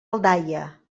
aldaia